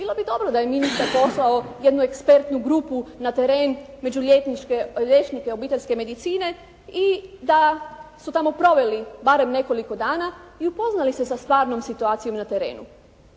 Bilo bi dobro da je ministar poslao jednu ekspertnu grupu na teren među liječnike obiteljske medicine i da su tamo proveli barem nekoliko dana i upoznali se sa stvarnom situacijom na terenu